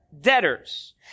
debtors